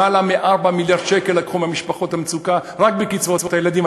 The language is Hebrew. למעלה מ-4 מיליארד שקל לקחו ממשפחות המצוקה רק מקצבאות הילדים,